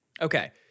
Okay